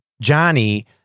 Johnny